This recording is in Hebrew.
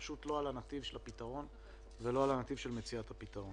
היא פשוט לא על הנתיב של מציאת הפתרון.